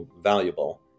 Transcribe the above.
valuable